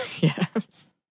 Yes